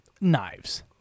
knives